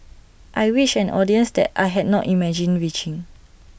I reached an audience that I had not imagined reaching